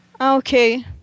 Okay